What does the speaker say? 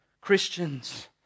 Christians